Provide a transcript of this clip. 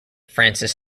francis